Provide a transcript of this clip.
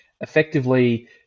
effectively